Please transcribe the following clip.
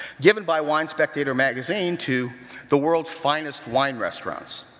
given by wine spectator magazine to the world's finest wine restaurants.